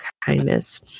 kindness